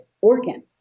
organ